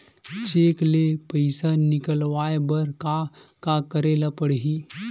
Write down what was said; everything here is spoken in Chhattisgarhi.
चेक ले पईसा निकलवाय बर का का करे ल पड़हि?